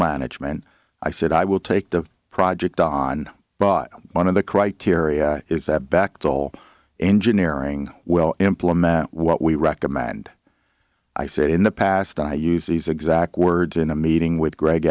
management i said i will take the project on but one of the criteria is that back to all engineering well implement what we recommend i said in the past i used these exact words in a meeting with greg